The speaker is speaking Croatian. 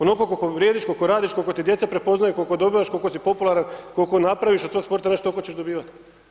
Onoliko koliko vrijediš, koliko radiš, koliko ti djecu prepoznaju, koliko dobivaš, koliko si popularan, koliko napraviš od svog sporta, znaš toliko ćeš dobivati.